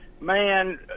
man